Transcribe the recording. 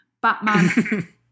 Batman